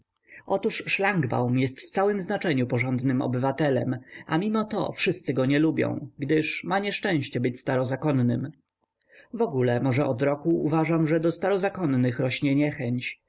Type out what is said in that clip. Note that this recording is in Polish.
otóż szlangbaum jest w całem znaczeniu porządnym obywatelem a mimo to wszyscy go nie lubią gdyż ma nieszczęście być starozakonnym wogóle może od roku uważam że do starozakonnych rośnie niechęć